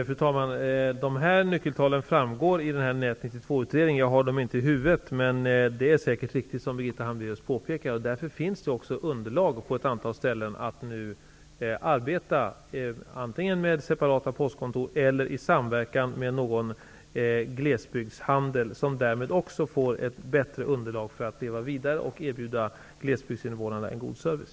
Fru talman! Dessa nyckeltal framgår av Nät 92 utredningen. Jag har dem inte i huvudet. Det är säkert riktigt som Birgitta Hambraeus påpekar. Därför finns också underlag för att på ett antal ställen arbeta antingen med separata postkontor eller i samverkan med någon glesbygdshandel, som därmed också får ett bättre underlag för att leva vidare och erbjuda glesbygdsinvånarna en god service.